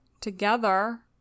together